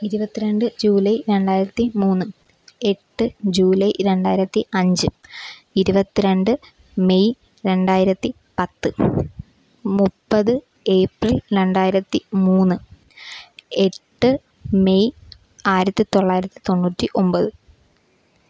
ഇരുപത്തി രണ്ട് ജൂലൈ രണ്ടായിരത്തി മൂന്ന് എട്ട് ജൂലൈ രണ്ടായിരത്തി അഞ്ച് ഇരുപത്തി രണ്ട് മെയ് രണ്ടായിരത്തി പത്ത് മുപ്പത് ഏപ്രിൽ രണ്ടായിരത്തി മൂന്ന് എട്ട് മെയ് ആയിരത്തി തൊള്ളായിരത്തി തൊണ്ണൂറ്റി ഒൻപത്